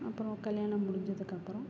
அப்புறம் கல்யாணம் முடிஞ்சதுக்கப்புறம்